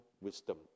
wisdom